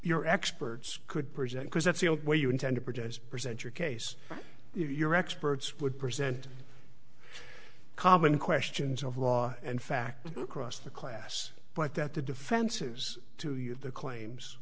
your experts could present because that's the old way you intend to protest present your case your experts would present common questions of law and fact across the class but that the defensives to you the claims